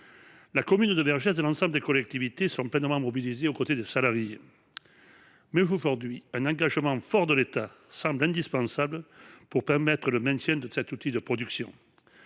La commune de Vergès et l'ensemble des collectivités sont pleinement mobilisées aux côtés des salariés. Mais aujourd'hui, un engagement fort de l'État semble indispensable pour permettre le maintien de cet outil de production.